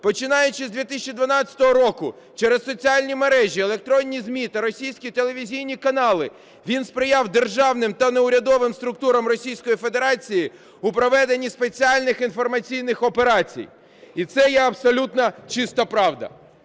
"Починаючи з 2012 року через соціальні мережі, електронні ЗМІ та російські телевізійні канали він сприяв державним та неурядовим структурам Російської Федерації у проведенні спеціальних інформаційних операцій". І це є абсолютно чиста правда.